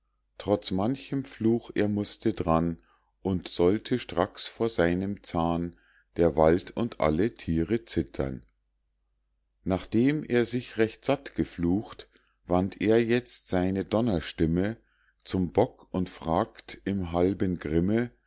trotz manchem fluch er mußte d'ran und sollte stracks vor seinem zahn der wald und alle thiere zittern nachdem er sich recht satt geflucht wandt er jetzt seine donnerstimme zum bock und fragt im halben grimme